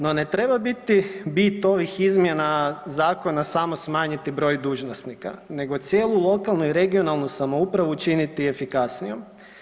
No, ne treba biti bit ovih izmjena zakona samo smanjiti broj dužnosnika, nego cijelu lokalnu i regionalnu samoupravu učiniti efikasnijom.